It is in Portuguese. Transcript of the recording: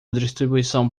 distribuição